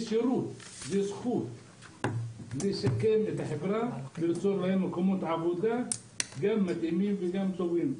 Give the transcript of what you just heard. צריך לשקם את החברה ולמצוא להם מקומות עבודה מתאימים וטובים.